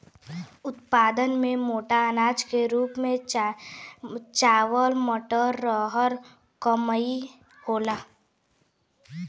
उत्पादन में मोटा अनाज के रूप में चना मटर, रहर मकई होला